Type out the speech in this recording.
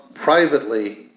privately